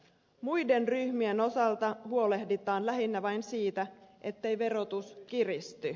muiden ryhmien osalta huolehditaan lähinnä vain siitä ettei verotus kiristy